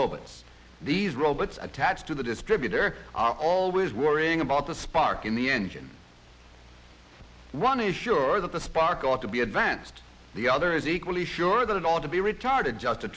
robots these robots attached to the distributor are always worrying about a spark in the engine one is sure that the spark ought to be advanced the other is equally sure that it ought to be retarded just